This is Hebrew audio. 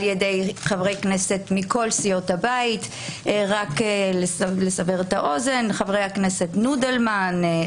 על ידי חברי כנסת מכל סיעות הבית: חבר הכנסת נודלמן,